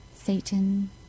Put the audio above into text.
Satan